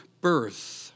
birth